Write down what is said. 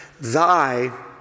thy